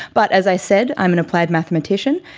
but as i said, i'm an applied mathematician,